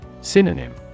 Synonym